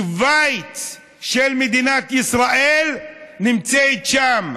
שווייץ של מדינת ישראל נמצאת שם.